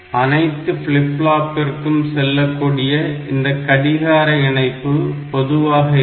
அனைத்து ஃபிளிப் ஃப்ளாப்பிற்கும் செல்லக்கூடிய இந்த கடிகார இணைப்பு பொதுவாக இருக்கும்